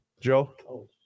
Joe